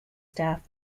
staff